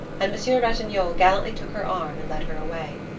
and monsieur ratignolle gallantly took her arm and led her away.